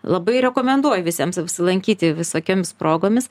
labai rekomenduoju visiems apsilankyti visokioms progomis